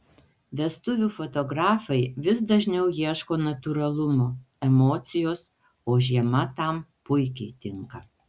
vestuvių fotografai vis dažniau ieško natūralumo emocijos o žiema tam puikiai tinka